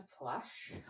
flush